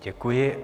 Děkuji.